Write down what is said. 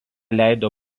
leido